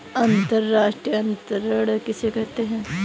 अंतर्राष्ट्रीय अंतरण किसे कहते हैं?